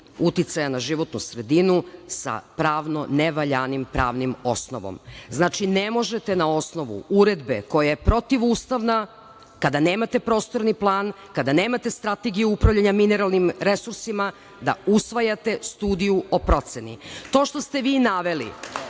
uticaja na životnu sredinu sa pravno ne valjanim pravnim osnovom. Znači, ne možete na osnovu Uredbe koja je protiv ustavna, kada nemate prostorni plan, kada nemate strategiju upravljanja mineralnim resursima da usvajate studiju o proceni. To što ste vi naveli,